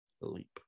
leap